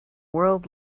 world